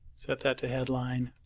set that to headline